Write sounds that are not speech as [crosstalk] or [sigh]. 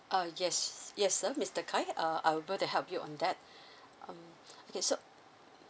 uh yes yes sir mister khai uh I'll be able to help you on that [breath] um okay so